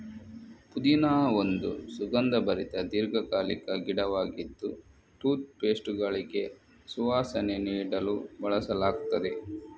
ಪುದೀನಾ ಒಂದು ಸುಗಂಧಭರಿತ ದೀರ್ಘಕಾಲಿಕ ಗಿಡವಾಗಿದ್ದು ಟೂತ್ ಪೇಸ್ಟುಗಳಿಗೆ ಸುವಾಸನೆ ನೀಡಲು ಬಳಸಲಾಗ್ತದೆ